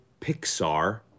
pixar